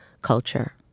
culture